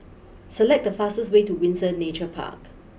select the fastest way to Windsor Nature Park